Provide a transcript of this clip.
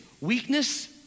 Weakness